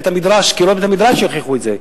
קירות בית-המדרש יוכיחו את זה.